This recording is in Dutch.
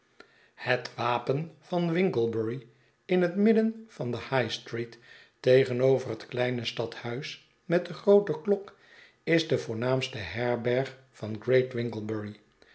het wapen van winglebury in het midden van de high street tegenover het kleine stadhuis met de groote klok is de voornaamste herberg van great winglebury